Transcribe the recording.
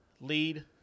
lead